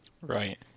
Right